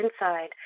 inside